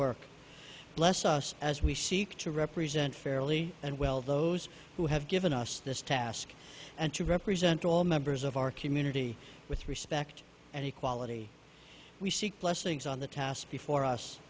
work bless us as we seek to represent fairly and well those who have given us this task and to represent all members of our community with respect and equality we seek blessings on the task before us